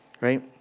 right